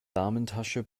damentasche